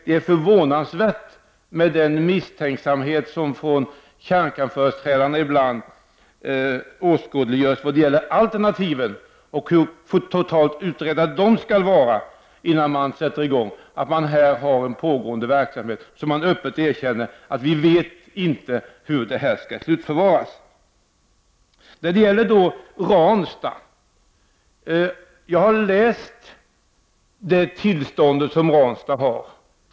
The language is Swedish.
Det är förvånansvärt med den misstänksamhet som kärnkraftsföreträdare ibland åskådliggör i vad gäller alternativa energikällor och hur totalt utredda de skall vara innan man kan börja använda dem. Här har man då en pågående verksamhet, där man öppet erkänner att man inte vet hur avfallet skall slutförvaras. Jag har läst det tillstånd som Ranstad har fått.